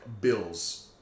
bills